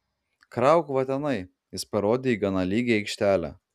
krauk va tenai jis parodė į gana lygią aikštelę